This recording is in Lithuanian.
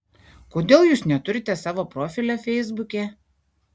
kodėl jūs neturite savo profilio feisbuke